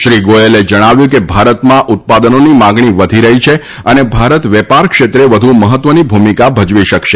શ્રી ગોયલે જણાવ્યું હતું કે ભારતમાં ઉત્પાદનોની માગણી વધી રહી છે અને ભારત વેપાર ક્ષેત્રે વધુ મહત્વની ભૂમિકા ભજવી શકશે